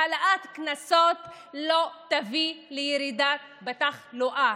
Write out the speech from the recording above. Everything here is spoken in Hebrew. העלאת קנסות לא תביא לירידה בתחלואה.